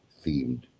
themed